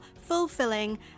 fulfilling